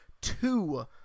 two